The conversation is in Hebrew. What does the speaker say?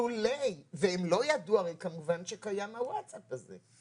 והם לא ידעו שקיים הווטסאפ הזה.